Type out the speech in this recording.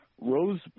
Rose